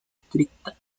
estricta